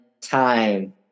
time